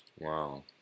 Wow